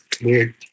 weird